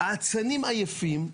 האצנים עייפים,